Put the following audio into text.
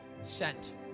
sent